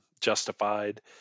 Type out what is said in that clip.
Justified